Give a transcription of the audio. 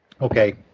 Okay